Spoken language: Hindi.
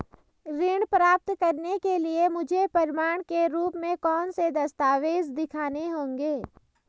ऋण प्राप्त करने के लिए मुझे प्रमाण के रूप में कौन से दस्तावेज़ दिखाने होंगे?